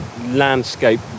landscape